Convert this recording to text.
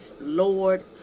Lord